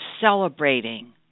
celebrating